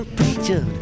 preacher